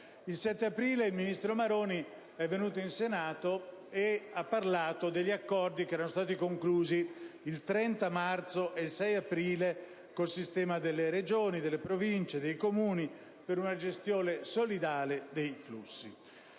Il 7 aprile il ministro Maroni è venuto in Senato a parlare degli accordi conclusi il 30 marzo ed il 6 aprile con il sistema delle Regioni, delle Province e dei Comuni per una gestione solidale dei flussi,